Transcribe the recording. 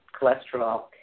cholesterol